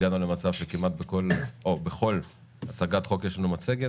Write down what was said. הגענו למצב שכמעט בכל הצגת חוק יש לנו מצגת.